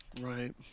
right